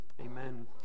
Amen